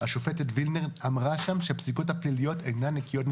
השופט וילנר אמרה שם שהפסיקות הפליליות אינן נקיות מספקות.